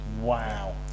Wow